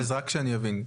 אז רק שאני אבין,